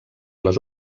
les